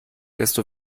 desto